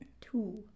Two